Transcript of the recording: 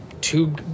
two